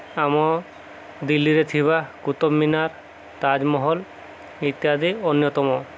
ଆମ ଦିଲ୍ଲୀରେ ଥିବା କୁତବ୍ମିନାର୍ ତାଜମହଲ ଇତ୍ୟାଦି ଅନ୍ୟତମ